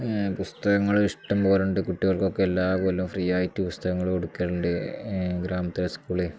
പുസ്തകങ്ങൾ ഇഷ്ടം പോലെയുണ്ട് കുട്ടികൾക്കൊക്കെ എല്ലാ പോലും ഫ്രീ ആയിട്ട് പുസ്തകങ്ങൾ കൊടുക്കലുണ്ട് ഗ്രാമത്തിൽ സ്കൂള്